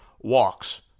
walks